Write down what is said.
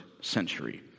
century